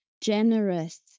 generous